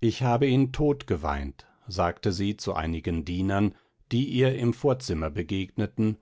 ich habe ihn totgeweint sagte sie zu einigen dienern die ihr im vorzimmer begegneten